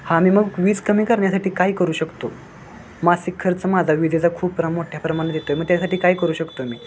हां मी मग वीज कमी करण्यासाठी काय करू शकतो मासिक खर्च माझा वीजेचा खूप प्र मोठ्या प्रमाणात येतो आहे मग त्यासाठी काय करू शकतो मी